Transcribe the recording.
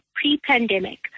pre-pandemic